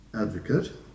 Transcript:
advocate